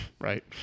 Right